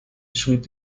schrieb